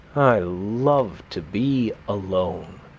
i love to be alone.